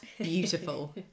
Beautiful